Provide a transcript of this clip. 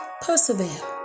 Persevere